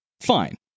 Fine